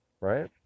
right